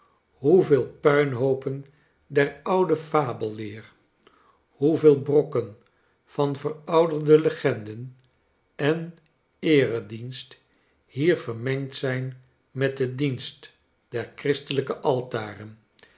hoeveel puinhoopen der oude fabelleer hoeveel brokken van verouderde legenden en eeredienst hier vermengd zijn met den dienst der christelijke altaren